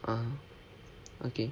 ah okay